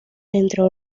dentro